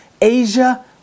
Asia